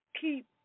keep